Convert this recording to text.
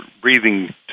breathing